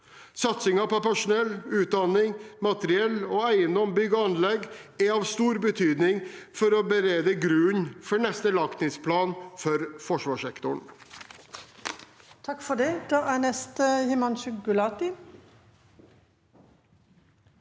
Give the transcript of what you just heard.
Satsingen på personell, utdanning, materiell og eiendom, bygg og anlegg er av stor betydning for å berede grunnen for neste langtidsplan for forsvarssektoren.